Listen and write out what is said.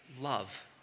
Love